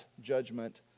judgment